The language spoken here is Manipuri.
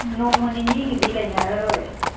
ꯅꯣꯡꯃ ꯅꯤꯅꯤꯒꯤꯗꯤ ꯂꯩꯅꯔꯔꯣꯏ